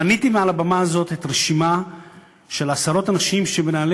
מניתי מעל הבמה הזאת רשימה של עשרות אנשים שמנהלים